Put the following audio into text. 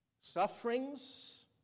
Sufferings